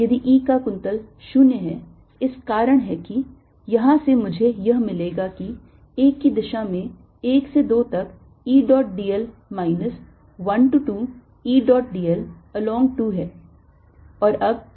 यदि E का कुंतल 0 है इस कारण है कि यहां से मुझे यह मिलेगा की 1 की दिशा में 1 से 2 तक E dot d l minus 1 to 2 E dot d l along 2 है